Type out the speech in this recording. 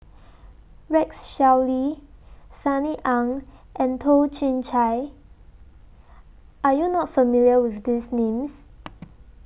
Rex Shelley Sunny Ang and Toh Chin Chye Are YOU not familiar with These Names